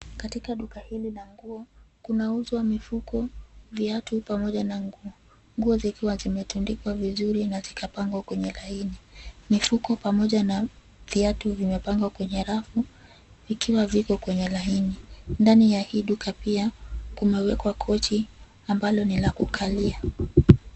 Katika duka hili la nguo, kunauzwa mifuko, viatu, pamoja na nguo. Nguo zikiwa zimetundikwa vizuri na zikapangwa kwenye laini. Mifuko pamoja na viatu vimepangwa kwenye rafu ikiwa viko kwenye laini. Ndani ya hii duka pia kumewekwa kochi ambalo ni la kukalia.